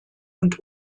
und